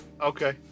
Okay